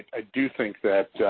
i do think that